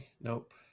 nope